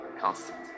constant